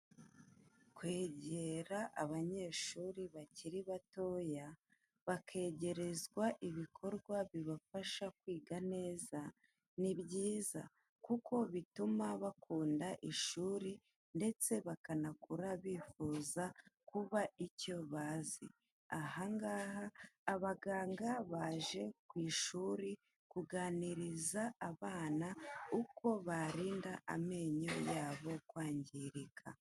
Kwegera abanyeshuri bakiri batoya bakegerezwa ibikorwa bibafasha kwiga neza ni byiza kuko bituma bakunda ishuri ndetse bakanakura bifuza kuba icyo bazi, aha ngaha abaganga baje ku ishuri kuganiriza abana uko barinda amenyo yabo kwangirika.